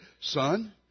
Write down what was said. son